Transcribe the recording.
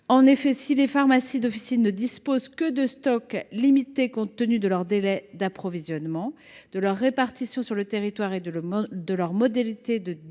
En effet, si les pharmacies d’officine ne disposent que de stocks limités compte tenu de leurs délais d’approvisionnement, de leur répartition sur le territoire et de leurs modalités de dispensation,